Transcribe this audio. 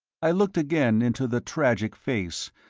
i looked again into the tragic face,